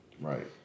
right